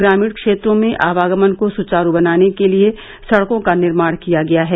ग्रामीण क्षेर्रो में आवागमन को सुचारू बनाने के लिए सड़कों का निर्माण किया गया है